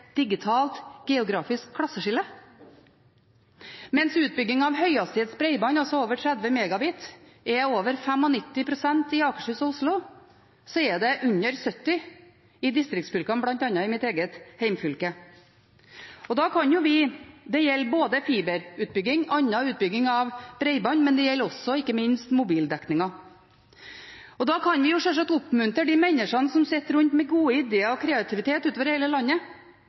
digitalt klasseskille rent geografisk. Mens utbyggingen av høyhastighetsbredbånd – altså over 30 Mbit/s – når over 95 pst. i Akershus og Oslo, når den under 70 pst. i distriktsfylkene, bl.a. i mitt eget hjemfylke. Det gjelder både fiberutbygging og annen utbygging av bredbånd, men det gjelder ikke minst mobildekningen. Vi kan sjølsagt oppmuntre de menneskene utover i hele landet som sitter med gode ideer og kreativitet.